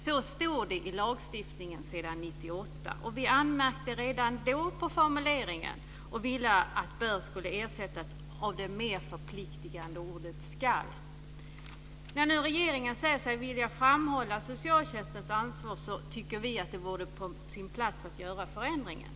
Så står det i lagstiftningen sedan 1998. Vi anmärkte redan då på formuleringen och ville att "bör" skulle ersättas av det mer förpliktigande ordet "ska". När nu regeringen säger sig vilja framhålla socialtjänstens ansvar tycker vi att det vore på sin plats att göra förändringen.